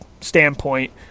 standpoint